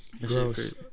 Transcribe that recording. Gross